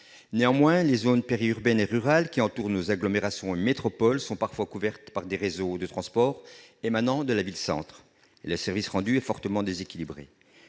Néanmoins, les zones périurbaines et rurales qui entourent nos agglomérations et métropoles sont parfois couvertes par des réseaux de transport émanant de la ville-centre. Le service rendu est alors fortement déséquilibré.